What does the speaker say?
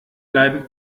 bleiben